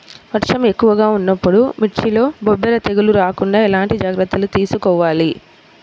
వర్షం ఎక్కువగా ఉన్నప్పుడు మిర్చిలో బొబ్బర తెగులు రాకుండా ఎలాంటి జాగ్రత్తలు తీసుకోవాలి?